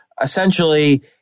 essentially